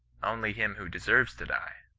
only him who deserves to die a